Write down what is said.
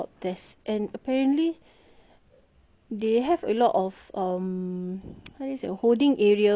they have a lot of um what is a holding area for for them to do swabbing test